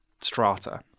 Strata